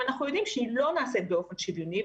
ואנחנו יודעים שהיא לא נעשית באופן שוויוני.